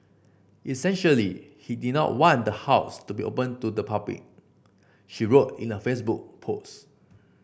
essentially he did not want the house to be open to the public she wrote in a Facebook post